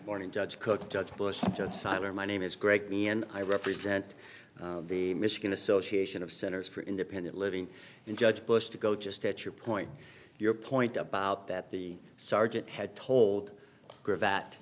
morning judge cook judge bush seiler my name is greg me and i represent the michigan association of centers for independent living in judge bush to go just at your point your point about that the sergeant had told that